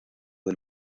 del